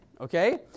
Okay